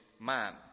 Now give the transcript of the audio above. man